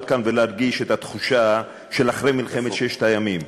כאן ולהרגיש את התחושה של אחרי מלחמת ששת הימים,